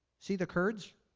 see the kurds?